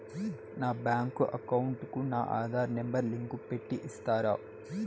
నా bank account కు నా ఆధార్ నెంబర్ లింకు పెట్టి ఇస్తారా?